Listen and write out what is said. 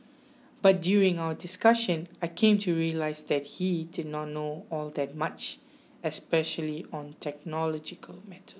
but during our discussion I came to realise that he did not know all that much especially on technological mat